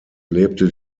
lebte